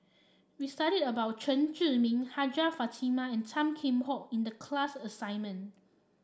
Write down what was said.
we studied about Chen Zhiming Hajjah Fatimah and Tan Kheam Hock in the class assignment